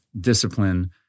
discipline